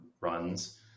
runs